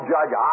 Judge